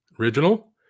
original